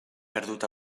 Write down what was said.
perdut